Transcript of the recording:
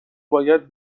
باید